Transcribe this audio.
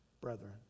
brethren